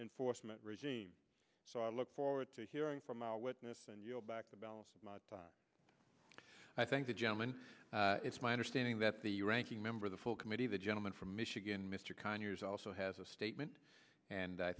enforcement regime so i look forward to hearing from our witness and you'll back the balance and i thank the gentleman it's my understanding that the ranking member the full committee the gentleman from michigan mr conyers also has a statement and i